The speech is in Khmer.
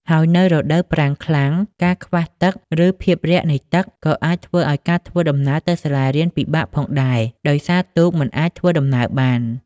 ហើយនៅរដូវប្រាំងខ្លាំង ការខ្វះទឹក ឬភាពរាក់នៃទឹក ក៏អាចធ្វើឱ្យការធ្វើដំណើរទៅសាលារៀនពិបាកផងដែរ ដោយសារទូកមិនអាចធ្វើដំណើរបាន។